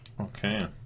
Okay